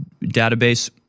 database